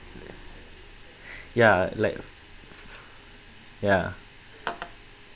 ya like ya